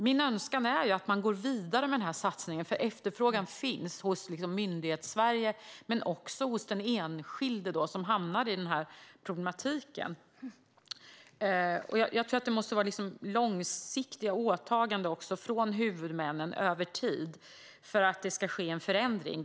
Min önskan är att man går vidare med den här satsningen, för efterfrågan finns hos inte bara hos Myndighetssverige utan även hos den enskilde som hamnar i den här problematiken. Jag tror också att det måste göras långsiktiga åtaganden från huvudmännen, över tid, för att det ska ske en förändring.